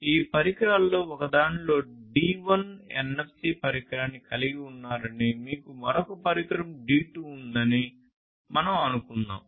మీరు ఈ పరికరాల్లో ఒకదానిలో D1 NFC పరికరాన్ని కలిగి ఉన్నారని మీకు మరొక పరికరం D2 ఉందని మనం అనుకుందాం